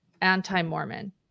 anti-Mormon